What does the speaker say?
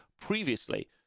previously